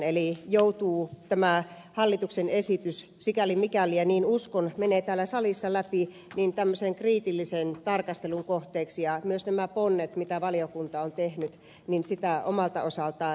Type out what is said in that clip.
eli tämä hallituksen esitys joutuu tämmöisen kriittisen tarkastelun kohteeksi sikäli mikäli ja niin uskon kun se menee täällä salissa läpi ja myös nämä ponnet mitä valiokunta on tehnyt asiaa omalta osaltaan edesauttavat